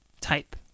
type